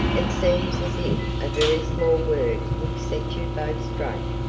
it seems as if a very small word would set you both straight.